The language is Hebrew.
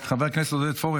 חבר הכנסת עודד פורר,